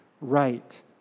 right